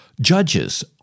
judges